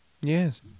Yes